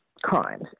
crimes